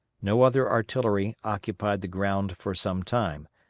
no other artillery occupied the ground for some time,